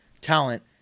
talent